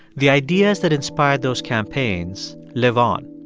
the ideas that inspired those campaigns live on.